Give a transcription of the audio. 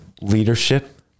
Leadership